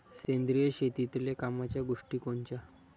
सेंद्रिय शेतीतले कामाच्या गोष्टी कोनच्या?